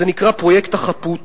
זה נקרא "פרויקט החפות",